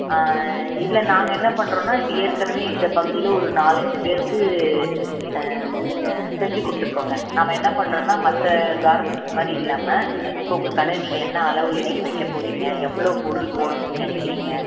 ஆ இல்லை நாங்கள் என்ன பண்ணுறோம்னா இப்போ ஏற்கனவே இந்த பகுதியில் ஒரு நாலஞ்சு பேருக்கு செஞ்சுக் கொடுத்துருக்கோங்க நாம் என்ன பண்ணுறோம்னா மற்ற கார்மெண்ட்ஸ் மாதிரி இல்லாமல் இப்போது உங்கள் கடை நீங்கள் என்ன அளவில் நீங்கள் வைக்க போகிறிங்க எவ்வளோ பொருள் போடணும்னு நினைக்குறிங்க